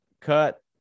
cut